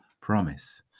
promise